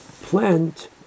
plant